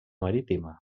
marítima